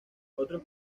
otros